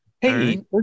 Hey